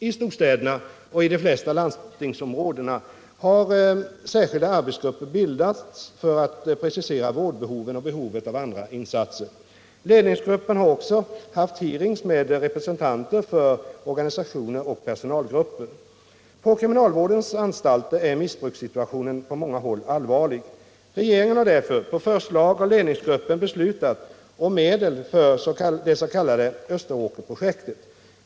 I storstäderna och i de flesta landstingsområdena har särskilda arbetsgrupper bildats för att precisera vårdbehoven och behovet av andra insatser. Ledningsgruppen har också haft hearings med representanter för olika organisationer och personalgrupper. På kriminalvårdens anstalter är missbrukssituationen på många håll allvarlig. Regeringen har därför på förslag av ledningsgruppen beslutat om medel för det s.k. Österåkersprojektet.